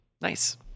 Nice